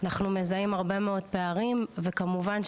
אנחנו מזהים הרבה מאד פערים וכמובן,